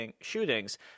shootings